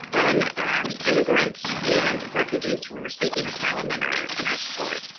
and um immigrants and refugees who were were seeking asylum in our in our port.